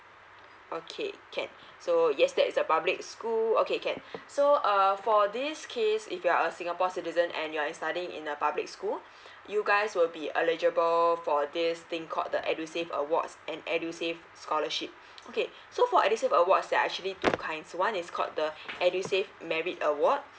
okay can so yes that's a public school okay can so uh for this case if you are a singapore citizen and you're studying in a public school you guys will be eligible for this thing called the edusave awards an edusave scholarship okay so for edusave awards there are actually two kinds one is called the edusave merit award